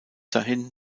dahin